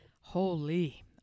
Holy